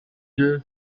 middle